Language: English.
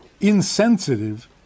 insensitive